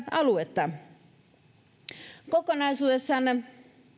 alueita kokonaisuudessaan